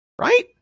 Right